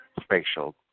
spatial